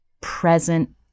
present